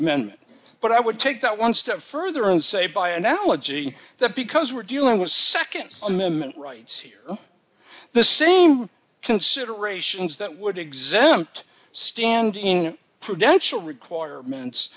amendment but i would take that one step further and say by analogy that because we're dealing with nd amendment rights here the same considerations that would exempt standing prudential requirements